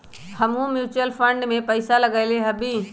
हमहुँ mutual fund में पइसा लगइली हबे